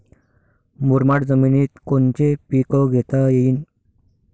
मुरमाड जमिनीत कोनचे पीकं घेता येईन?